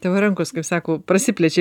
tavo rankos kaip sako prasiplečia